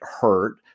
hurt